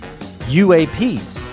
UAPs